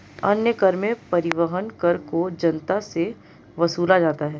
अन्य कर में परिवहन कर को जनता से वसूला जाता है